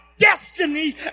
Destiny